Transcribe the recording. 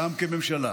גם כממשלה